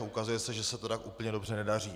Ukazuje se, že se to tak úplně dobře nedaří.